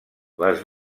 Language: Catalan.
les